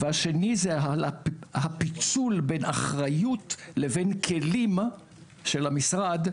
והשני זה הפיצול בין אחריות לבין כלים של המשרד,